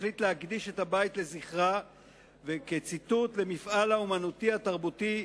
החליט להקדיש את הבית לזכרה "למפעל האמנותי והתרבותי,